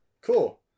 cool